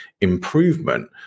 improvement